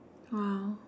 !wow!